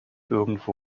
irgendwo